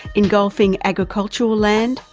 engulfing agricultural land,